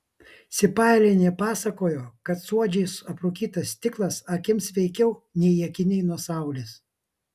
sipailienė pasakojo kad suodžiais aprūkytas stiklas akims sveikiau nei akiniai nuo saulės